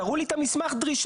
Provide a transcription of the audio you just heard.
תראו לי את מסמך הדרישה,